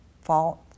fault